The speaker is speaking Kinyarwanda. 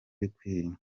bikwiye